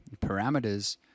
parameters